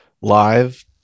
live